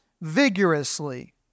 vigorously